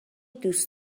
دوست